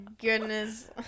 goodness